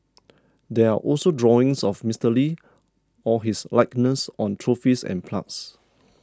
there are also drawings of Mister Lee or his likeness on trophies and plagues